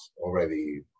already